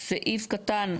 סעיף (16),